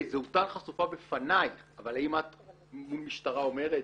זהותן חשופה בפנייך אבל אם משטרה אומרת